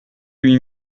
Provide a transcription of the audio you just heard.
huit